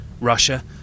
Russia